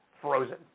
frozen